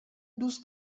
دوست